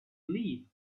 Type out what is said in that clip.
live